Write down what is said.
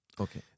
Okay